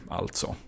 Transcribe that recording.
alltså